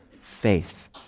faith